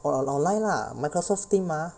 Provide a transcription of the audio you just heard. or on online lah microsoft team mah